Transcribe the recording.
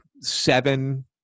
seven